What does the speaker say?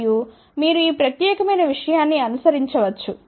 మరియు మీరు ఈ ప్రత్యేకమైన విషయాన్ని అనుసరించవచ్చు